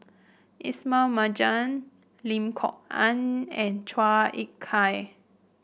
Ismail Marjan Lim Kok Ann and Chua Ek Kay